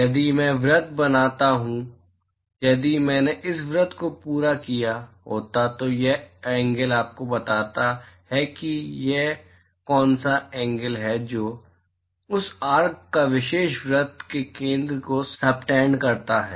यदि मैं वृत्त बनाता हूँ यदि मैंने इस वृत्त को पूरा किया होता तो यह एंगल आपको बताता है कि वह कौन सा एंगल है जो यह आर्क उस विशेष वृत्त के केंद्र को सबटेन्ड करता है